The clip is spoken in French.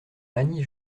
annie